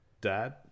dad